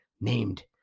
named